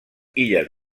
illes